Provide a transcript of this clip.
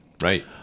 Right